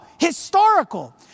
historical